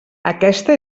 aquesta